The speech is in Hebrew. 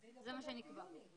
זה מה שנקבע.